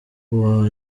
uwa